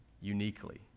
uniquely